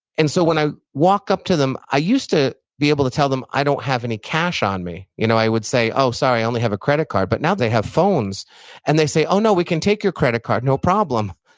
and so, when i walk up to them, i used to be able to tell them i don't have any cash on me. you know i would say, oh, sorry, i only have a credit card, but now they have phones and they say, oh, no, we can take your credit card. no problem.